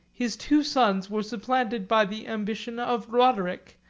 his two sons were supplanted by the ambition of roderic,